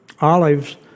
olives